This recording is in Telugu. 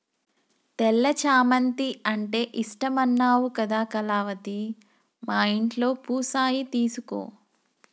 తెల్ల చామంతి అంటే ఇష్టమన్నావు కదా కళావతి మా ఇంట్లో పూసాయి తీసుకో